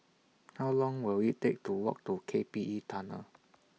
How Long Will IT Take to Walk to K P E Tunnel